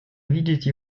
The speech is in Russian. видеть